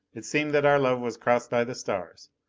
it seemed that our love was crossed by the stars,